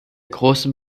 großen